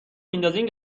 میندازین